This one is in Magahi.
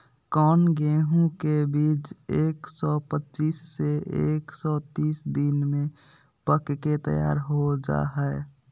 कौन गेंहू के बीज एक सौ पच्चीस से एक सौ तीस दिन में पक के तैयार हो जा हाय?